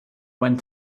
went